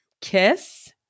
kiss